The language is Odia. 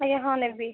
ଆଜ୍ଞା ହଁ ନେବି